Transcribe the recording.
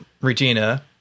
Regina